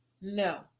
No